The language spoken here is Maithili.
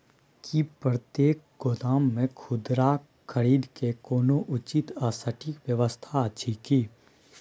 की प्रतेक गोदाम मे खुदरा खरीद के कोनो उचित आ सटिक व्यवस्था अछि की?